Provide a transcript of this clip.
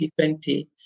2020